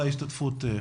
תודה על ההשתתפות.